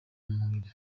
mubiri